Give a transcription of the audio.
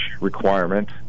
requirement